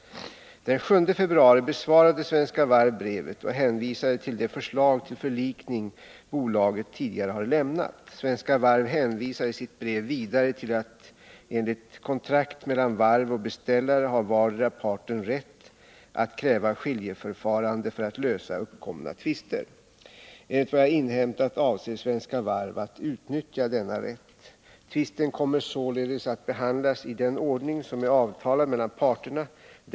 Den 7 februari besvarade Svenska Varv brevet och hänvisade till de förslag till förlikning bolaget tidigare har lämnat. Svenska Varv hänvisar i sitt brev vidare till att enligt kontrakt mellan varv och beställare har vardera parten rätt att kräva skiljeförfarande för att lösa uppkomna tvister. Enligt vad jag inhämtat avser Svenska Varv att utnyttja denna rätt. Tvisten kommer således att behandlas i den ordning som är avtalad mellan parterna.